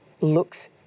looks